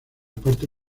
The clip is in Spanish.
parte